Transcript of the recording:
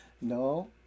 No